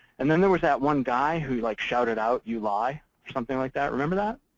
and then there was that one guy who like shouted out, you lie! or something like that. remember that?